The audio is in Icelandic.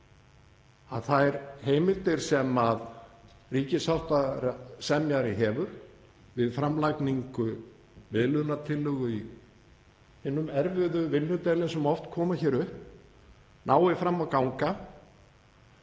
að þær heimildir sem ríkissáttasemjari hefur við framlagningu miðlunartillögu í hinum erfiðu vinnudeilum sem oft koma hér upp nái fram að ganga